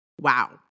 Wow